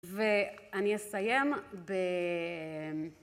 ואני אסיים ב...